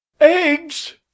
Eggs